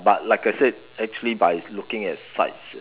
but like I said actually by looking at sights